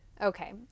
Okay